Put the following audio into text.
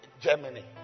Germany